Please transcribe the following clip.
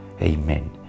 Amen